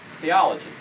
theology